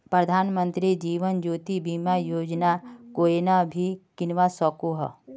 प्रधानमंत्री जीवन ज्योति बीमा योजना कोएन भी किन्वा सकोह